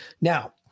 Now